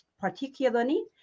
particularly